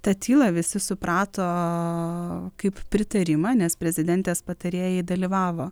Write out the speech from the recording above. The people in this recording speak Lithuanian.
tą tylą visi suprato kaip pritarimą nes prezidentės patarėjai dalyvavo